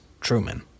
Truman